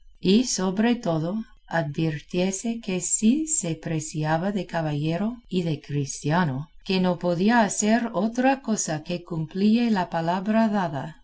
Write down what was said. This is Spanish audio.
y sobre todo advirtiese que si se preciaba de caballero y de cristiano que no podía hacer otra cosa que cumplille la palabra dada